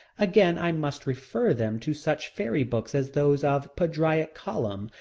again i must refer them to such fairy books as those of padraic colum,